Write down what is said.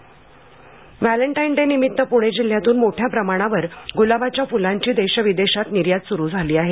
Valentine day Valentine day निमित्त पुणे जिल्ह्यातून मोठ्या प्रमाणावर गुलाबाच्या फुलांची देश विदेशात निर्यात सुरु झाली आहे